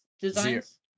designs